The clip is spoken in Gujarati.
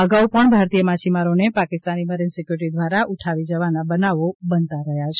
આગાઉ પણ ભારતીય માછીમારોને પાકિસ્તાની મરીન સિક્યુરિટી દ્વારા ઉઠાવી જવાન બનાવો બનતા રહ્યા છે